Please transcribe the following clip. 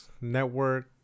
network